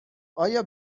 آیا